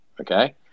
Okay